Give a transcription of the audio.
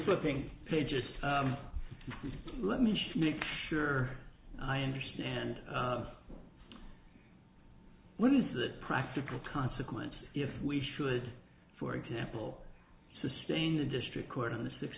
slipping pages let me just make sure i understand what is that practical consequence if we should for example sustain the district court in the six